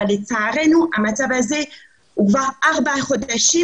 אבל לצערנו המצב הזה הוא כבר ארבעה חודשים